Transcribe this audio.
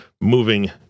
moving